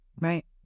Right